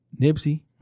Nipsey